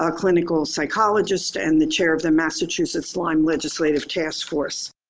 ah clinical psychologist and the chair of the massachusetts lyme legislative task force.